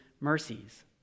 mercies